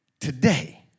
Today